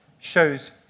shows